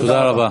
תודה רבה.